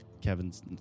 Kevin's